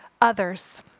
others